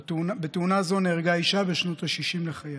בתאונה זו נהרגה אישה בשנות השישים לחייה.